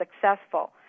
successful